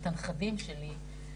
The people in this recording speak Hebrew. את הנכדים שלי,